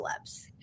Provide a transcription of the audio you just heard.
celebs